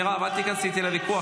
מירב, אל תיכנסי איתי לוויכוח.